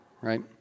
right